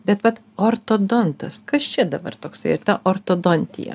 bet vat ortodontas kas čia dabar toks ir ta ortodontija